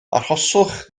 arhoswch